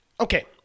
Okay